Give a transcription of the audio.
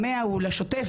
ה-100 מיליון שקל הוא לשוטף,